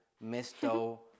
misto